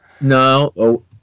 No